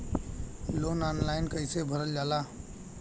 Loan online कइसे भरल जाला?